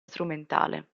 strumentale